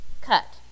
cut